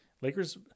Lakers